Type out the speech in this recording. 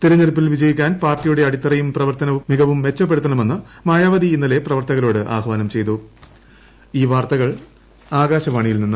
തിരഞ്ഞെടുപ്പിൽ വിജയിക്കാൻ പാർട്ടിയുടെ അടിത്തറയും പ്രവർത്തന മികവും മെച്ചപ്പെടുത്തണമെന്ന് മായാവതി ഇന്നലെ പ്രവർത്തകരോട് ആഹാനം ചെയ്തിരുന്നു